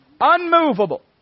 unmovable